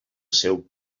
seu